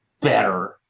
better